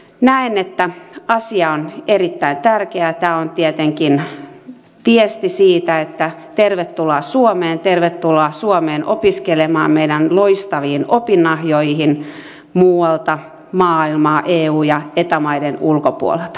näen että asia on erittäin tärkeä ja tämä on tietenkin viesti siitä että tervetuloa suomeen tervetuloa suomeen opiskelemaan meidän loistaviin opinahjoihin muualta maailmaa eu ja eta maiden ulkopuolelta